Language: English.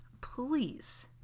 please